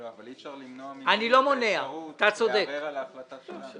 אבל גם אי אפשר למנוע --- לערער על ההחלטה שלנו.